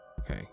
Okay